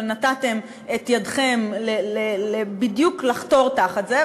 אבל נתתם את ידכם בדיוק לחתור תחת זה.